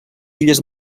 illes